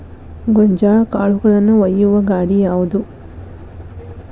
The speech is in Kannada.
ಗೋಂಜಾಳ ಕಾಳುಗಳನ್ನು ಒಯ್ಯುವ ಗಾಡಿ ಯಾವದು?